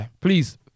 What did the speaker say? please